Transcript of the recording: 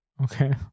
Okay